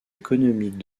économique